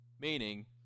meaning